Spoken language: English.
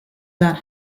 that